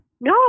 No